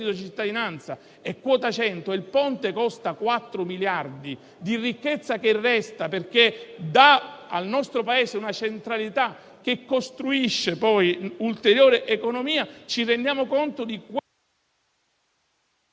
cittadinanza e quota 100, mentre il Ponte costa 4 miliardi, ma crea ricchezza che resta perché dà al nostro Paese una centralità che costruisce ulteriore economia. Ci rendiamo conto,